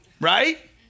Right